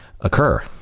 occur